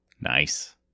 Nice